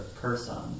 person